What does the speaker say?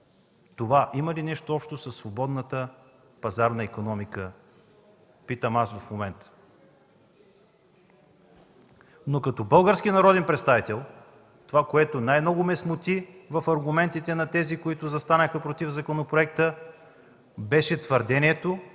това има ли нещо общо със свободната пазарна икономика – питам аз в момента?! Като български народен представител това, което най-много ме смути в аргументите на тези, които застанаха против законопроекта, беше твърдението,